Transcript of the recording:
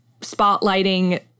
spotlighting